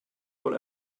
wohl